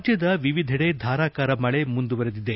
ರಾಜ್ಲದ ವಿವಿಧೆಡೆ ಧಾರಾಕಾರ ಮಳೆ ಮುಂದುವರಿದಿದೆ